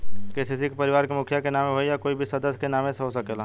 KCC का परिवार के मुखिया के नावे होई या कोई भी सदस्य के नाव से हो सकेला?